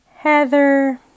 Heather